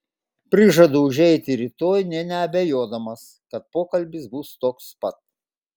prižadu užeiti rytoj nė neabejodamas kad pokalbis bus toks pat